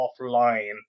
offline